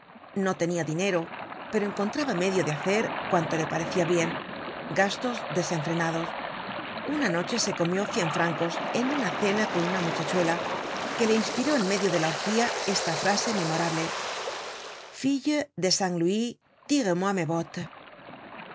ño tenia dinero pero encontraba medio de hacer cuando le parecia bien gastos desenfrenados una noche se comió cien francos a en una cena con una muchachuela que le inspiró en medio de la orgía esta frase memorable filie de cinq louis